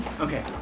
Okay